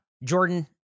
Jordan